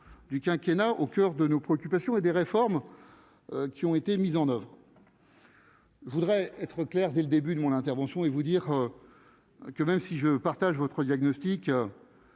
du quinquennat au coeur de nos préoccupations et des réformes qui ont été mises en Oeuvres. Je voudrais être clair dès le début de mon intervention et vous dire que même si je partage votre diagnostic,